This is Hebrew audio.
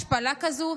השפלה כזאת?